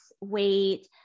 weight